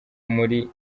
muri